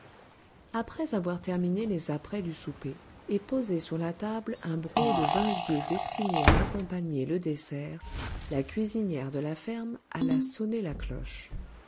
après avoir terminé les apprêts du souper et posé sur la table un broc de vin vieux destiné à accompagner le dessert la cuisinière de la ferme alla sonner la cloche